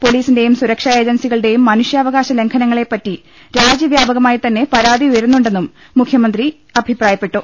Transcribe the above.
പൊലീസി ന്റെയും സുരക്ഷാ ഏജൻസികളുടെയും മനുഷ്യാവകാശ ലംഘ നങ്ങളെപ്പറ്റി രാജ്യാവ്യാപകമായി തന്നെ പരാതി ഉയരുന്നു ണ്ടെന്നും മുഖ്യമന്ത്രി അഭിപ്രായപ്പെട്ടു